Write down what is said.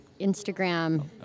Instagram